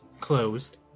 closed